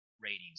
ratings